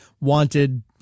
wanted